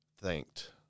thanked